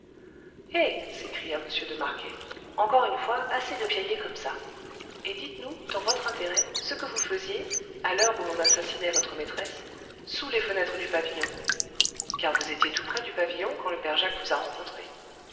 s'écria m de marquet encore une fois assez de piailler comme ça et dites-nous dans votre intérêt ce que vous faisiez à l'heure où l'on assassinait votre maîtresse sous les fenêtres du pavillon car vous étiez tout près du pavillon quand le père jacques vous a rencontrés